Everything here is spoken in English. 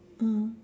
mm